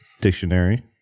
Dictionary